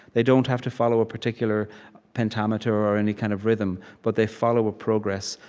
they don't have to follow a particular pentameter or any kind of rhythm, but they follow a progress.